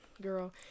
girl